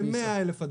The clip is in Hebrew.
כ-100 אלף.